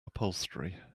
upholstery